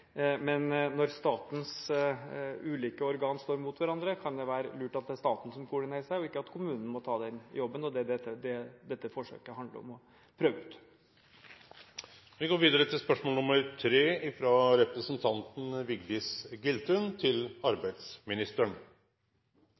men når statens ulike organer står mot hverandre, kan det være lurt at det er staten som koordinerer seg, og ikke at kommunen må ta den jobben. Det er det dette forsøket handler om å prøve ut. «Jeg viser til spørsmål